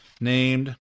named